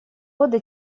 года